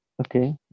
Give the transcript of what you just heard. Okay